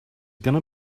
gonna